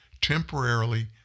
Temporarily